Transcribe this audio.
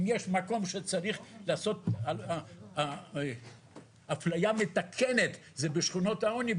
אם יש מקום שצריך לעשות אפליה מתקנת זה בשכונות העוני,